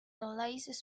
delays